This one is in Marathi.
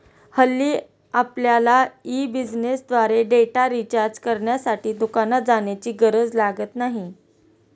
हल्ली आपल्यला ई बिझनेसद्वारे डेटा रिचार्ज करण्यासाठी दुकानात जाण्याची गरज लागत नाही